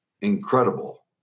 incredible